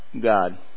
God